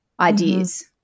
ideas